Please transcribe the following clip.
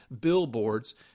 billboards